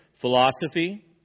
Philosophy